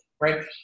right